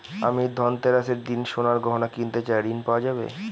আমি ধনতেরাসের দিন সোনার গয়না কিনতে চাই ঝণ পাওয়া যাবে?